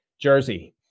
Jersey